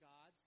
God